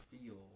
feel